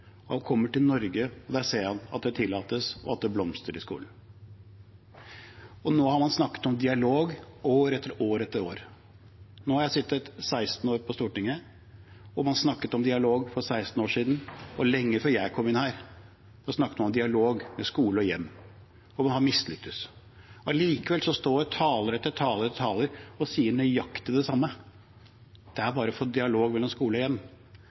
og han kommer til Norge og der ser han at det tillates, og at det blomstrer i skolen. Nå har man snakket om dialog år etter år etter år. Nå har jeg sittet 16 år på Stortinget, og man snakket om dialog for 16 år siden. Og lenge før jeg kom inn her, snakket man om dialog med skole og hjem. Man har mislyktes. Likevel står taler etter taler og sier nøyaktig det samme: Det er bare å få dialog mellom